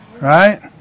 Right